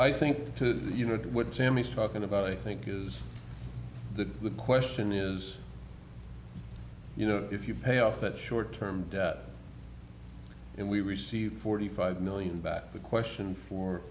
i think to you know what sam is talking about i think is the question is you know if you pay off that short term debt and we receive forty five million back the question for